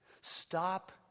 Stop